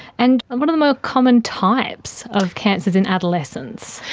and and what are the more common types of cancers in adolescents?